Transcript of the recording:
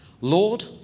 Lord